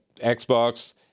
Xbox